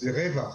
זה רווח,